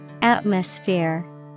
Atmosphere